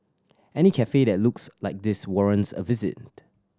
any cafe that looks like this warrants a visit